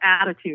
attitude